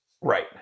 Right